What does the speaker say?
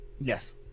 Yes